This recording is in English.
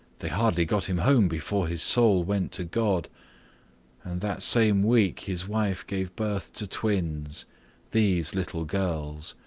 they hardly got him home before his soul went to god and that same week his wife gave birth to twins these little girls.